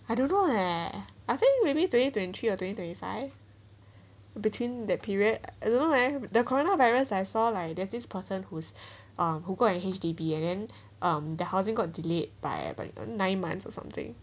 I don't know eh I think maybe twenty twenty three or twenty twenty five between that period I don't know eh the coronavirus I saw like there's this person whose um who go and H_D_B and then um the housing got delayed by by nine months or something